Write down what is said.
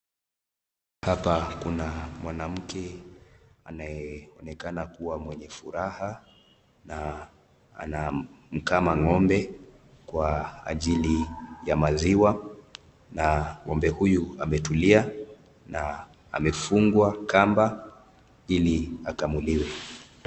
Hapa kuna mwanamke anayeonekana kuwa mwenye furaha, na anakamua ng'ombe kwa ajili ya maziwa, na ng'ombe huyu ametulia, na amefungwa kamba hili akamuliwa.